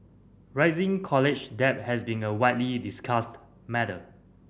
rising college debt has been a widely discussed matter